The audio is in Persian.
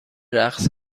رقص